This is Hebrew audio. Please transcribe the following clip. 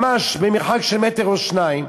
ממש במרחק של מטר או שניים,